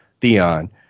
Theon